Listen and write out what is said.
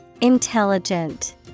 Intelligent